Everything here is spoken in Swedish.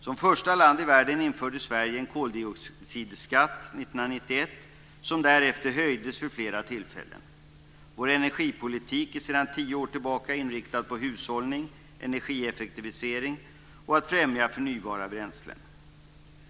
Som första land i världen införde Sverige en koldioxidskatt år 1991 som därefter höjdes vid flera tillfällen. Vår energipolitik är sedan tio år tillbaka inriktad på hushållning, energieffektivisering och att främja förnybara bränslen.